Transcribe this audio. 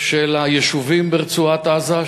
של היישובים ברצועת-עזה,